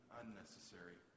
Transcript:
unnecessary